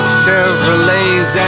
Chevrolets